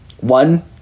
One